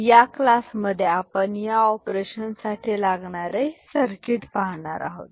या क्लासमध्ये आपण या ऑपरेशन साठी लागणारे सर्किट पाहणार आहोत